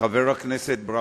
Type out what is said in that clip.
אני דיברתי על חינוך.